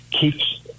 keeps